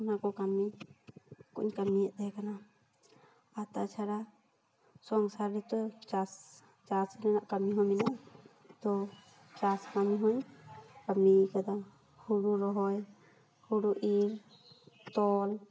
ᱚᱱᱟᱠᱚ ᱠᱟᱹᱢᱤ ᱠᱚᱧ ᱠᱟᱹᱢᱤᱮᱫ ᱛᱮᱦᱮᱠᱟᱱᱟ ᱟᱨ ᱛᱟᱪᱷᱟᱨᱟ ᱥᱚᱝᱥᱟᱨ ᱨᱮᱛᱚ ᱪᱟᱥ ᱪᱟᱥ ᱨᱮᱱᱟ ᱠᱟᱹᱢᱤ ᱦᱚᱸ ᱢᱮᱱᱟ ᱟ ᱛᱳ ᱪᱟᱥ ᱠᱟᱹᱢᱤ ᱦᱚᱧ ᱠᱟᱹᱢᱤᱭ ᱟᱠᱟᱫᱟ ᱦᱩᱲᱩ ᱨᱚᱦᱚᱭ ᱦᱩᱲᱩ ᱤᱨ ᱛᱚᱞ